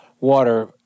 water